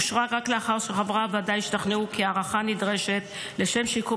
אושרה רק לאחר שחברי הוועדה השתכנעו כי ההארכה נדרשת לשם שיקום